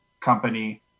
company